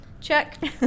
check